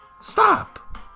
Stop